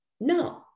No